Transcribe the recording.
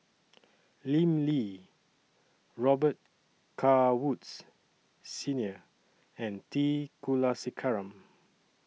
Lim Lee Robet Carr Woods Senior and T Kulasekaram